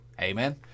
Amen